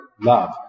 love